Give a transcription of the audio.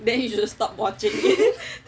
then you should stop watching